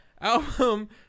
album